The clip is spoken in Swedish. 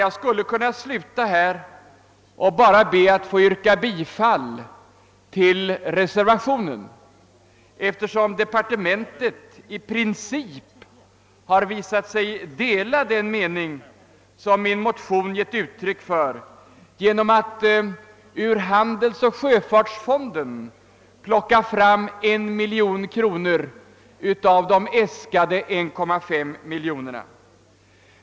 Jag skulle kunna sluta här och bara be att få yrka bifall till reservationen, eftersom departementet i princip har visat sig dela den mening som min motion givit uttryck för genom att ur handelsoch sjöfartsfonden plocka fram en miljon kronor av äskade 1,5 milj.kr.